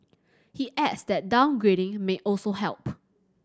he adds that downgrading may also help